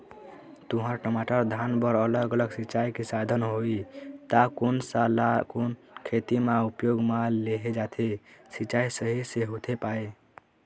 तुंहर, टमाटर, धान बर अलग अलग सिचाई के साधन होही ता कोन सा ला कोन खेती मा उपयोग मा लेहे जाथे, सिचाई सही से होथे पाए?